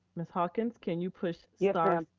ms. hawkins, can you push yeah star um